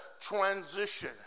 transition